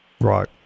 Right